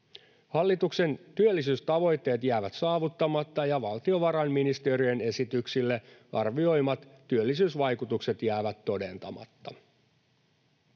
Hallituksen työllisyystavoitteet jäävät saavuttamatta, ja valtiovarainministeriön esityksille arvioimat työllisyysvaikutukset jäävät todentamatta.